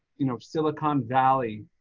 you know, silicon valley,